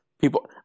people